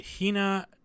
Hina